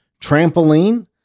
trampoline